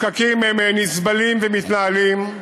הפקקים נסבלים ומתנהלים,